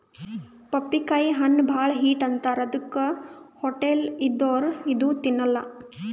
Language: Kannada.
ಪಪ್ಪಿಕಾಯಿ ಹಣ್ಣ್ ಭಾಳ್ ಹೀಟ್ ಅಂತಾರ್ ಅದಕ್ಕೆ ಹೊಟ್ಟಲ್ ಇದ್ದೋರ್ ಇದು ತಿನ್ನಲ್ಲಾ